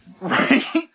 Right